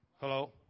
Hello